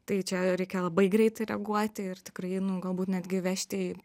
tai čia reikia labai greitai reaguoti ir tikrai nu galbūt netgi vežti į